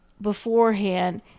beforehand